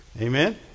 Amen